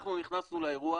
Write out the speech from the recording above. אנחנו נכנסנו לאירוע